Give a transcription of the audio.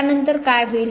त्यानंतर काय होईल